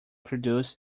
produce